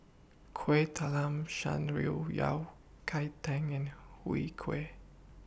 Kueh Talam Shan Rui Yao Cai Tang and Chwee Kueh